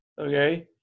okay